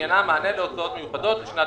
שעניינם מענה להוצאות מיוחדות לשנת